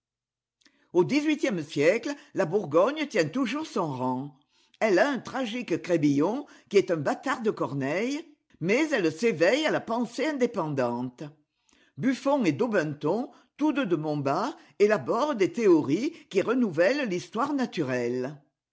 au dix-huitième siècle la bourgogne tient toujours son rang elle a un tragique crébillon qui est un bâtard de corneille mais elle s'éveille à la pensée indépendante buflfon et daubenton tous deux de montbard élaborent des théories i voir la boukgogne par van bever qui renouvellent l'histoire naturelle